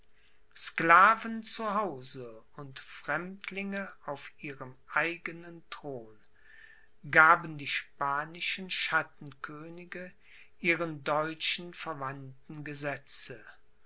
sklaven zu hause und fremdlinge auf ihrem eigenen thron gaben die spanischen schattenkönige ihren deutschen verwandten gesetze